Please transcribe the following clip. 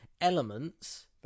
elements